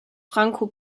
franco